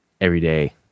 everyday